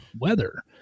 weather